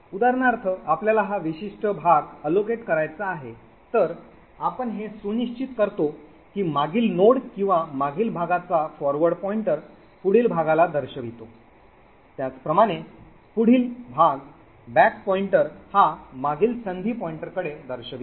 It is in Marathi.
उदाहरणार्थ आपल्याला हा विशिष्ट भाग वाटप करायचा आहे तर आपण हे सुनिश्चित करतो की मागील node किंवा मागील भागाचा forward pointer पुढील भागाला दर्शवितो त्याच प्रमाणे पुढील भाग बॅक पॉइंटर हा मागील संधी पॉईंटरकडे दर्शवितो